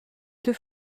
deux